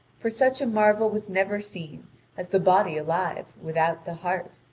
for such a marvel was never seen as the body alive without the heart.